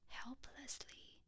helplessly